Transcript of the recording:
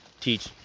teach